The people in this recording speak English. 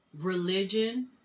religion